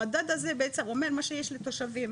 המדד הזה בעצם אומר שמה שיש לתושבים,